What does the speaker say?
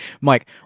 Mike